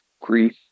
grief